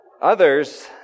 Others